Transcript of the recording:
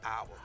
hour